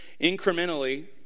incrementally